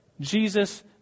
Jesus